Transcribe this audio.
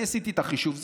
אני עשיתי את החישוב,